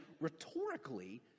rhetorically